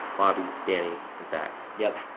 bobby, danny and zach. yup.